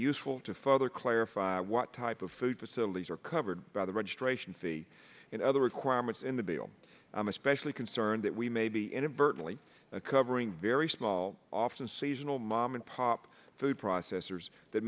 useful to further clarify what type of food facilities are covered by the registration fee and other requirements in the bill i'm especially concerned that we may be inadvertently covering very small often seasonal mom and pop food processors th